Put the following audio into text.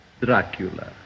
Dracula